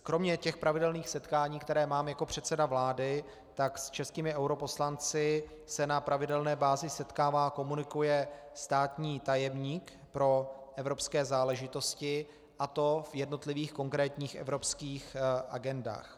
Kromě pravidelných setkání, která mám jako předseda vlády, se s českými europoslanci na pravidelné bázi setkává a komunikuje státní tajemník pro evropské záležitosti, a to v jednotlivých konkrétních evropských agendách.